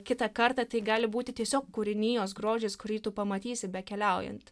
kitą kartą tai gali būti tiesiog kūrinijos grožis kurį tu pamatysi bekeliaujant